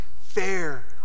fair